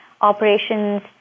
operations